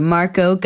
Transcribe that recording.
Marco